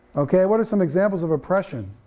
okay what are some examples of oppression?